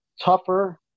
tougher